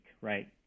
right